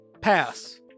Pass